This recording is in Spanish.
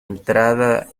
entrada